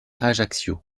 ajaccio